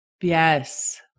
Yes